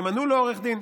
ימנו לו עורך דין.